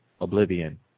Oblivion